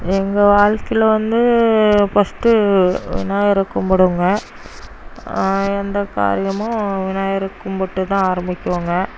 எங்கள் வாழ்க்கையில் வந்து ஃபர்ஸ்ட்டு விநாயகரை கும்பிடுவோங்க எந்த காரியமும் விநாயகரை கும்பிட்டுதான் ஆரம்பிக்குவோங்க